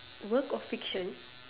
work of fiction